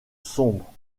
sombre